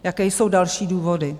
Jaké jsou další důvody?